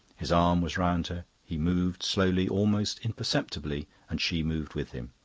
his arm was round her. he moved slowly, almost imperceptibly, and she moved with him.